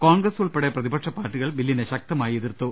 കോൺഗ്രസ് ഉൾപ്പെടെ പ്രതിപ്പക്ഷ പാർട്ടികൾ ബില്ലിനെ ശക്ത മായി എതിർത്തു